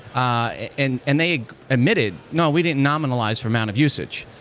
and and they ah admitted, no. we didn't nominalize for amount of usage.